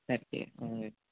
सारकें अय